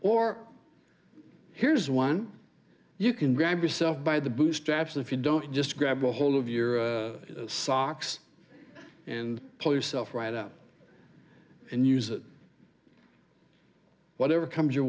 or here's one you can grab yourself by the bootstraps if you don't just grab a hold of your socks and pull yourself right out and use whatever comes